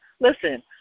listen